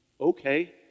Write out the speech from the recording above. okay